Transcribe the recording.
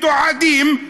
מתועדים,